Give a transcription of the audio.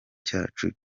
cyacu